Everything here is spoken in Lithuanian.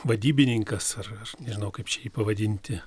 vadybininkas ar ar nežinau kaip čia jį pavadinti